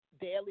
daily